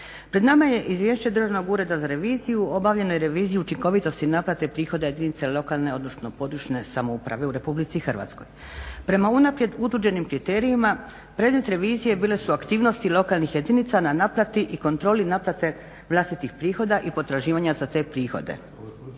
Pred nama je Izvješće Državnog ureda za reviziju o obavljenoj reviziji i učinkovitosti naplate prihoda jedinica lokalne, odnosno područne samouprave u Republici Hrvatskoj. Prema unaprijed utvrđenim kriterijima predmet revizije bile su aktivnosti lokalnih jedinica na naplati i kontroli naplate vlastitih prihoda i potraživanja za te prihode.